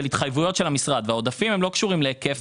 התחייבויות של המשרד והעודפים לא קשורים להיקף.